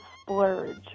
splurge